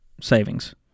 savings